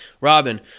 Robin